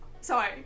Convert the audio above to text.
Sorry